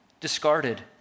discarded